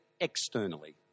externally